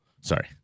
Sorry